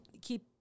keep